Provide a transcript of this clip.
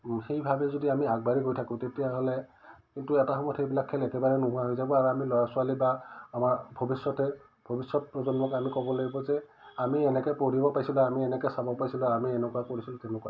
সেইভাবে যদি আমি আগবাঢ়ি গৈ থাকো তেতিয়াহ'লে কিন্তু এটা সময়ত সেইবিলাক খেল একেবাৰে নোহোৱা হৈ যাব আৰু আমি ল'ৰা ছোৱালী বা আমাৰ ভৱিষ্যতে ভৱিষ্যত প্ৰজন্মক আমি ক'ব লাগিব যে আমি এনেকৈ পঢ়িব পাইছিলো আমি এনেকৈ চাব পাইছিলো আমি এনেকুৱা কৰিছিলো তেনেকুৱা